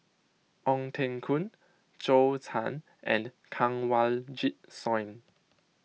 Ong Teng Koon Zhou Can and Kanwaljit Soin